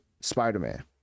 Spider-Man